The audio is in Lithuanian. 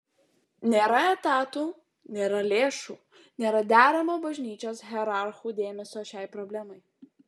nėra etatų nėra lėšų nėra deramo bažnyčios hierarchų dėmesio šiai problemai